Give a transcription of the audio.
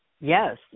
Yes